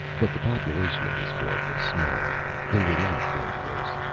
but the population of this world was small. they were not grandiose.